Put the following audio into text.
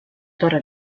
torre